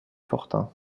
fortin